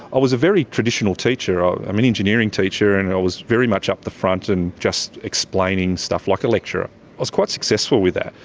i was a very traditional teacher. um i'm an engineering teacher and i was very much up the front and just explaining stuff like a lecturer. i was quite successful with that.